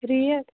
rate